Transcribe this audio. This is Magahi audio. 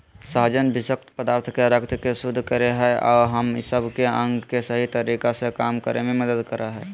सहजन विशक्त पदार्थ के रक्त के शुद्ध कर हइ अ हम सब के अंग के सही तरीका से काम करे में मदद कर हइ